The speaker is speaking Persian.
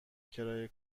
کرایه